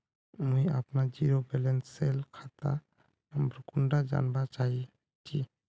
मुई अपना zero balance सेल खाता नंबर कुंडा जानवा चाहची?